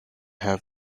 have